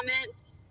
comments